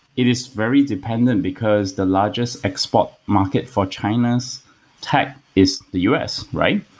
it is very dependent, because the largest export market for china's tech is the u s, right?